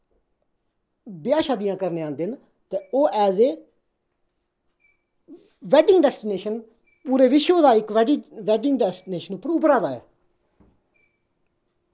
ब्याह् शादियां करने गी आंदे न ते ओह् एज़ ए बैडिंग डैसटिनेशन पूरे विश्व दा इक बैडिंग डैसटिनेशन पर उब्भरा दा ऐ